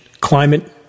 climate